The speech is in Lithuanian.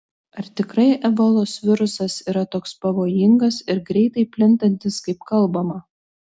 ar tikrai ebolos virusas yra toks pavojingas ir greitai plintantis kaip kalbama